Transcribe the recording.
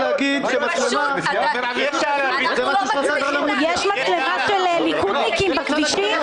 --- יש מצלמות של ליכודניקים בכבישים?